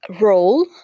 role